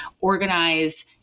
organize